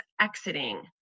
exiting